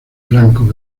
blancos